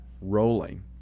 rolling